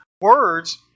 words